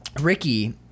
Ricky